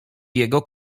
jego